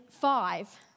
five